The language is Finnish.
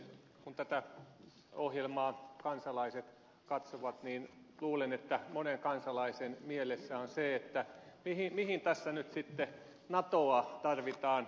kun tätä ohjelmaa kansalaiset katsovat niin luulen että monen kansalaisen mielessä on se kysymys mihin tässä nyt sitten natoa tarvitaan